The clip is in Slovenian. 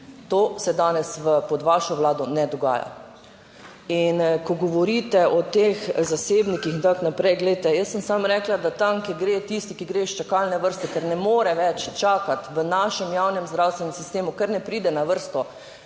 to se danes pod vašo vlado ne dogaja. In ko govorite o teh zasebnikih in tako naprej, glejte, jaz sem samo rekla, da tam, kjer gre tisti, ki gre iz čakalne vrste, ker ne more več čakati v našem javnem zdravstvenem sistemu, ker ne pride na vrsto.